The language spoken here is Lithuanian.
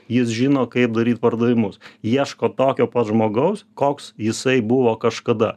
jis žino kaip daryt pardavimus ieško tokio pat žmogaus koks jisai buvo kažkada